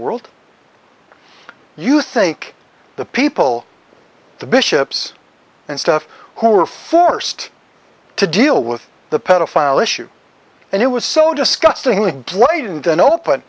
world you think the people the bishops and stuff who were forced to deal with the pedophile issue and it was so disgusting b